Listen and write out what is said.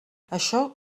això